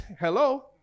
Hello